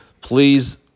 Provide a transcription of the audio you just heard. please